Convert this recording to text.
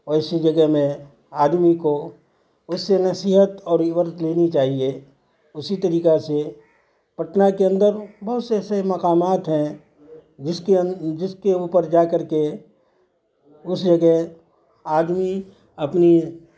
ایسی جگہ میں آدمی کو اس سے نصیحت اور عبرت لینی چاہیے اسی طریقہ سے پٹنہ کے اندر بہت سے ایسے مقامات ہیں جس کے جس کے اوپر جا کر کے اس جگہ آدمی اپنی